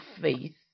faith